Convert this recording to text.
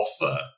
offer